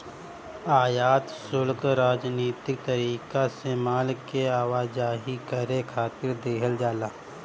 आयात शुल्क राजनीतिक तरीका से माल के आवाजाही करे खातिर देहल जाला